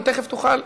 ותכף תוכל,